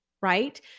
right